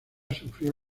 sufrió